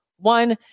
One